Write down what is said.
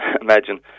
imagine